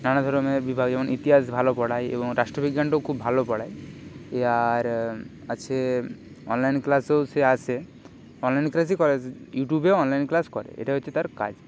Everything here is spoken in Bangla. নানা ধরের বিভাগ যেমন ইতিহাস ভালো পড়ায় এবং রাষ্ট্রবিজ্ঞানটাও খুব ভালো পড়ায় এ আর আছে অনলাইন ক্লাসেও সে আসে অনলাইন ক্লাসই করায় ইউটিউবেও অনলাইন ক্লাস করে এটাই হচ্ছে তার কাজ